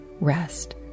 rest